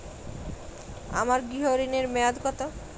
আমার গৃহ ঋণের মেয়াদ কত?